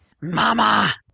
Mama